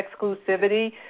exclusivity